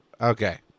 Okay